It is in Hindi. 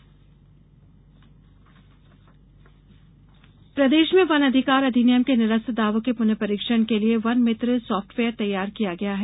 वन अधिकार प्रदेश में वन अधिकार अधिनियम के निरस्त दावों के पुनः परीक्षण के लिये वन मित्र साफ्टवेयर तैयार किया गया है